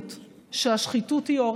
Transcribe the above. לתומי חשבתי שבנושא של עלייה אין